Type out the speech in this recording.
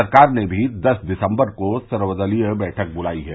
सरकार ने भी दस दिसम्बर को सर्वदलीय बैठक बुलाई है